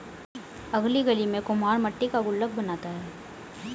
अगली गली में कुम्हार मट्टी का गुल्लक बनाता है